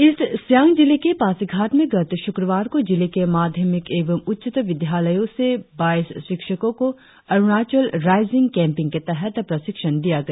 east Siang जिले के पासीघाट में गत शुक्रवार को जिले के माध्यमिक एवं उच्चतर विद्यालयों से बाईस शिक्षकों को अरुणाचल राईजिंग केम्पिग के तहत प्रशिक्षण दिया गया